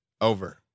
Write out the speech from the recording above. Over